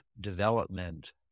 development